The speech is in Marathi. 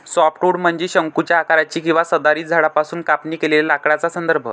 सॉफ्टवुड म्हणजे शंकूच्या आकाराचे किंवा सदाहरित झाडांपासून कापणी केलेल्या लाकडाचा संदर्भ